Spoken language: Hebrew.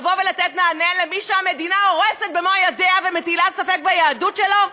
לבוא ולתת מענה למי שהמדינה הורסת במו-ידיה ומטילה ספק ביהדות שלו.